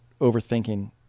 overthinking